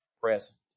present